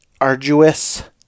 arduous